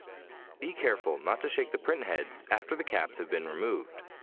be careful not to shake the printheads after the caps have been removed.